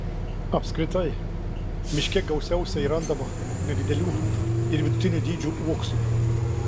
apskritai miške gausiausiai randama nedidelių ir vidutinio dydžio uoksų